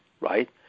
right